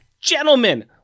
Gentlemen